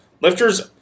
lifters